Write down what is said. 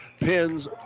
pins